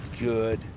good